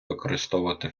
використовувати